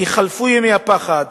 כי חלפו ימי הפחד,